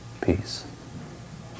peace